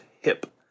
hip